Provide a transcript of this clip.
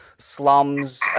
Slums